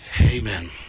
Amen